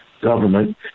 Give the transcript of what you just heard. government